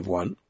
one